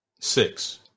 Six